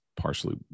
partially